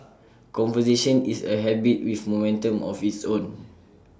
conversation is A habit with momentum of its own